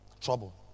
Trouble